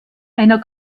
einer